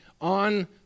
on